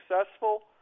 successful